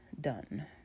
done